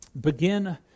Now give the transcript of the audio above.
begin